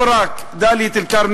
לא רק דאלית-אלכרמל.